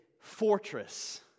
fortress